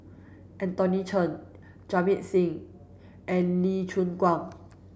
Anthony Chen Jamit Singh and Lee Choon Guan